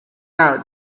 out